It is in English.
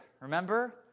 remember